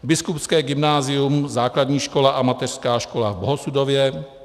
Biskupské gymnázium, Základní škola a Mateřská škola v Bohosudově;